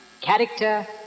character